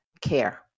care